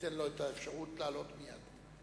ניתן לו את האפשרות לעלות מייד.